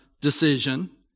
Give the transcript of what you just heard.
decision